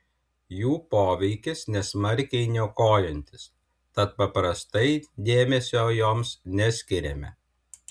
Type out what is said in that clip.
jų poveikis nesmarkiai niokojantis tad paprastai dėmesio joms neskiriame